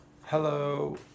Hello